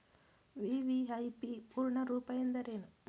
VVIP ಪೂರ್ಣ ರೂಪ ಎಂದರೇನು?